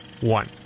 one